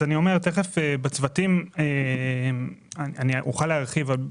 כשאדבר על הצוותים אוכל להרחיב על זה,